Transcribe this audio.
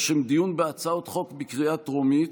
לשם דיון בהצעות חוק בקריאה טרומית,